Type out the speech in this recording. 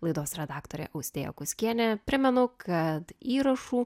laidos redaktorė austėja kuskienė primenu kad įrašų